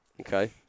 Okay